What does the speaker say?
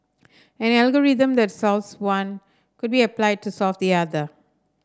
an algorithm that solves one could be applied to solve the other